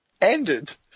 ended